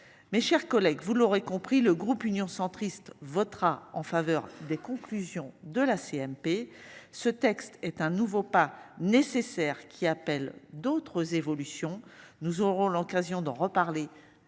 Mes chers collègues, vous l'aurez compris, le groupe Union centriste votera en faveur des conclusions de la CMP. Ce texte est un nouveau pas nécessaire qui appelle d'autres évolutions, nous aurons l'occasion d'en reparler dès mardi